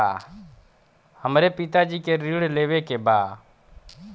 हमरे पिता जी के ऋण लेवे के बा?